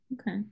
Okay